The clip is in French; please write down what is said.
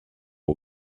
aux